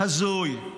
הזוי.